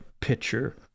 picture